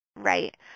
Right